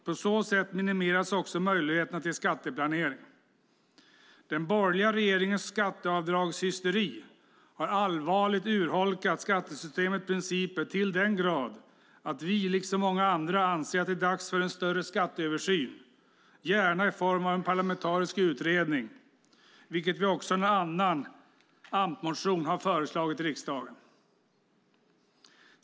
På så sätt minimeras också möjligheterna till skatteplanering. Den borgerliga regeringens skatteavdragshysteri har allvarligt urholkat skattesystemets principer till den grad att vi liksom många andra anser att det är dags för en större skatteöversyn, gärna i form av en parlamentarisk utredning, vilket vi också har föreslagit riksdagen i en annan motion.